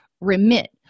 remit